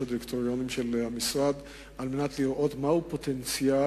הדירקטוריונים של המשרד על מנת לראות מהו פוטנציאל